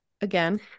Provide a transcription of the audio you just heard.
Again